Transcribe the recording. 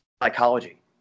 psychology